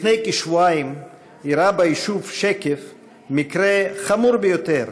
לפני כשבועיים אירע ביישוב שקף מקרה חמור ביותר,